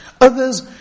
Others